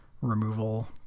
removal